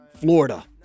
Florida